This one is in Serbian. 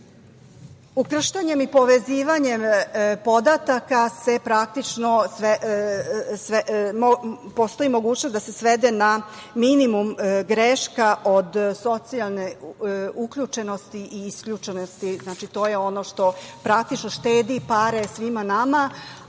bitan. Ukrštanjem i povezivanjem podataka postoji mogućnost da se greška svede na minimum od socijalne uključenosti i isključenosti. Znači, to je ono što praktično štedi pare svima nama,